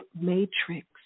matrix